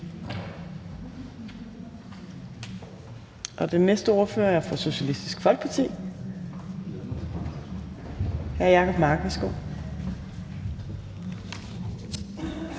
Den næste ordfører er fra Socialistisk Folkeparti. Hr. Jacob Mark, værsgo.